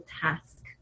task